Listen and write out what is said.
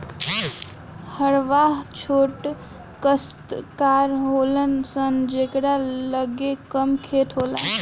हरवाह छोट कास्तकार होलन सन जेकरा लगे कम खेत होला